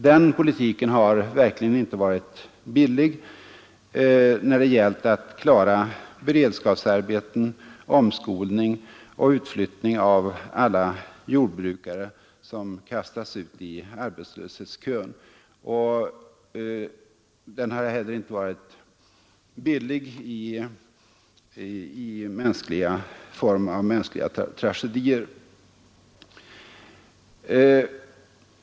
Den politiken har verkligen inte varit billig när det gällt beredskapsarbeten, omskolning och utflyttning av alla jordbrukare som kastats ut i arbetslöshetskön, och den har inte heller varit billig i form av mänskliga tragedier.